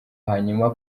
hanyuma